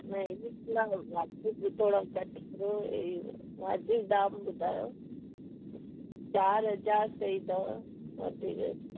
न हीअ थोरा वाजिबि थोरा घटि करियो इ वाजिबि दाम ॿुधायो चारि हज़ार सही अथव वधीक